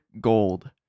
Gold